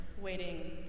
waiting